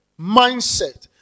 mindset